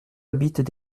habitent